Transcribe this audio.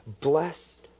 bless